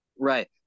Right